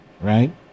right